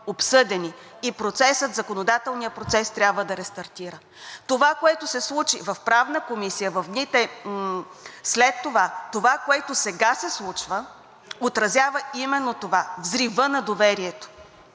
обсъдени и законодателният процес трябва да рестартира. Това, което се случи в Правната комисия в дните след нея, това, което се случва сега, отразява именно взрива на доверието,